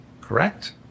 correct